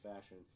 fashion